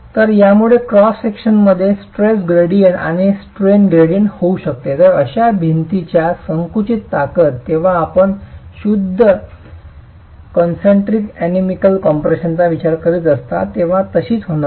तर यामुळेच क्रॉस सेक्शनमध्ये स्ट्रेस ग्रॅडीएंट आणि स्ट्रेन ग्रेडियंट होऊ शकते आणि अशा भिंतीची संकुचित ताकद जेव्हा आपण शुद्ध कॉन्सेन्ट्रिक अनैमिकल कम्प्रेशनचा विचार करीत असता तेव्हा तशीच होणार नाही